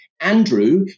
Andrew